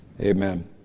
Amen